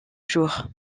jours